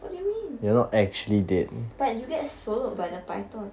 what do you mean but you get swallowed by the python